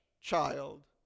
child